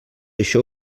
això